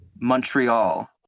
Montreal